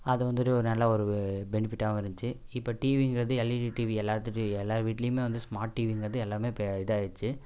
அதை வந்துட்டு ஒரு நல்ல ஒரு பெனிஃபிட்டாகவும் இருந்துச்சு இப்போ டிவிங்கிறது எல்இடி டிவி எல்லோர்த்துட்டையும் எல்லா வீட்லேமே வந்து சுமார்ட் டிவிங்கிறது எல்லாமே இப்போ இதாயிட்ச்சு